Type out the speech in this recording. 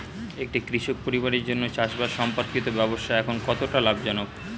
একটি কৃষক পরিবারের জন্য চাষবাষ সম্পর্কিত ব্যবসা এখন কতটা লাভজনক?